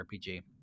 RPG